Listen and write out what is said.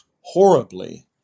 horribly